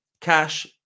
Cash